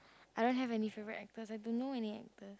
I don't have any favorite actors I don't know any actor